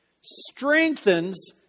strengthens